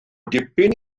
dipyn